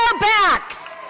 ah backs,